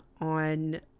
on